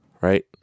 right